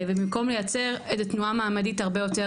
ובמקום לייצר איזו תנועה מעמדית הרבה יותר